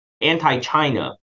anti-China